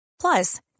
Plus